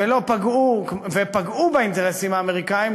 ופגעו באינטרסים האמריקניים,